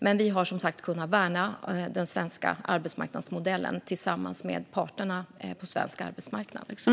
Men vi har som sagt tillsammans med parterna på den svenska arbetsmarknaden kunnat värna den svenska arbetsmarknadsmodellen.